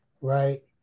right